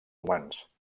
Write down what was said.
humans